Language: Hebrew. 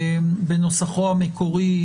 בנוסחו המקורי,